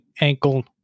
ankle